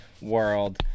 world